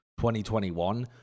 2021